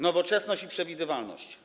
Nowoczesność i przewidywalność.